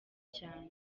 cyane